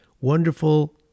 wonderful